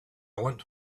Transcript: want